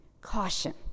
Caution